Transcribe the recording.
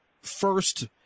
first